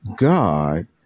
God